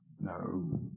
No